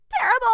terrible